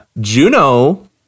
Juno